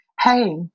hey